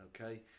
okay